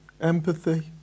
empathy